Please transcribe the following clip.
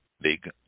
big